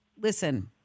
Listen